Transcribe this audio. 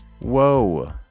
whoa